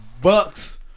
Bucks